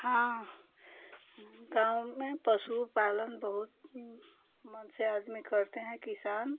हाँ गाँव में पशु पालन बहुत मन से आदमी करते हैं किसान